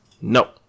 No